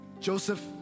Joseph